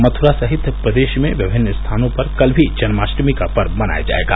मथ्रा सहित प्रदेश में विमिन्न स्थानों पर कल भी जन्माष्टमी का पर्व मनाया जायेगा